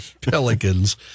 Pelicans